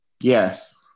Yes